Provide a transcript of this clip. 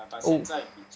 oo